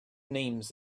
names